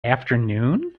afternoon